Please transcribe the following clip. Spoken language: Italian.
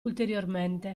ulteriormente